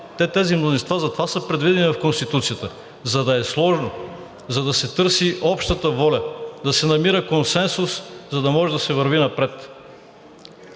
тези мнозинства затова са предвидени в Конституцията, за да е сложно, за да се търси общата воля, да се намира консенсус, за да може да се върви напред.